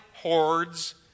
hordes